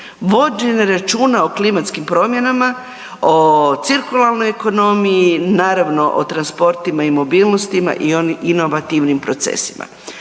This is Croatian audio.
vođenje računa o klimatskim promjena, o cirkularnoj ekonomiji, naravno o transportima i mobilnostima i inovativnim procesima.